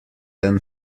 than